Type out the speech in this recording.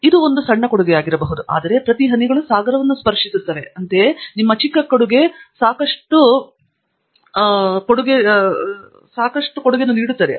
ಇದು ಒಂದು ಸಣ್ಣ ಕೊಡುಗೆಯಾಗಿರಬಹುದು ಆದರೆ ಪ್ರತೀ ಹನಿಗಳು ಸಾಗರವನ್ನು ಸ್ರಶ್ಟಿಸುತ್ತದೆ